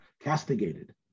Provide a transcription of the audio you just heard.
castigated